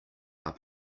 are